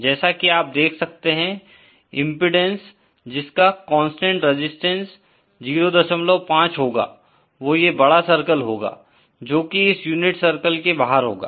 जैसा की आप देख सकते हैं इम्पीडेन्स जिसका कांस्टेंट रेजिस्टेंस 05 होगा वो ये बड़ा सर्किल होगा जो कि इस यूनिट सर्किल के बाहर होगा